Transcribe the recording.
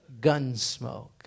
Gunsmoke